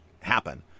happen